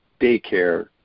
daycare